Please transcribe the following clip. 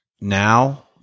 now